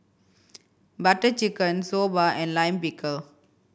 Butter Chicken Soba and Lime Pickle